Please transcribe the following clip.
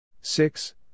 six